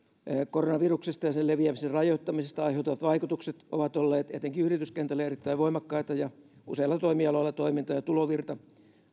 koronaviruksesta ja sen leviämisen rajoittamisesta aiheutuvat vaikutukset ovat olleet etenkin yrityskentälle erittäin voimakkaita ja useilla toimialoilla toiminta ja tulovirta